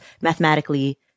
Mathematically